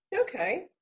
Okay